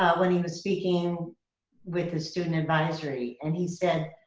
when he was speaking with the student advisory and he said,